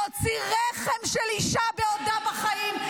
להוציא רחם של אישה בעודה בחיים?